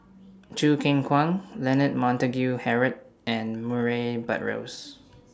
Choo Keng Kwang Leonard Montague Harrod and Murray Buttrose